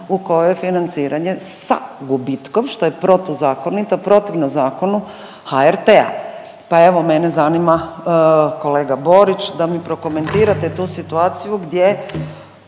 u kojoj je financiranje sa gubitkom, što je protuzakonito, protivno zakonu HRT-a. Pa evo mene zanima kolega Borić da mi prokomentirate tu situaciju gdje